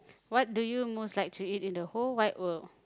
what do you most like to eat in the whole wide world